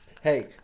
Hey